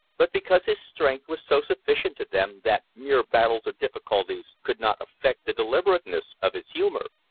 but because his strength was so sufficient to them that mere battles or difficulties could not affect the deliberateness of his humor.